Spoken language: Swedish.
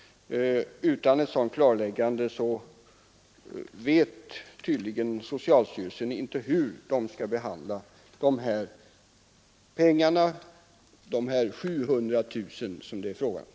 Utan ett sådant klarläggande vet tydligen inte socialstyrelsen hur man skall behandla de 700 000 kronor som det är fråga om.